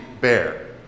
bear